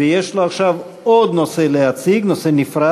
97, 102 ו-121 לתקנון הכנסת נתקבלה.